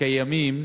קיימים